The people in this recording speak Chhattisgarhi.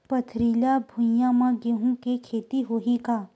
पथरिला भुइयां म गेहूं के खेती होही का?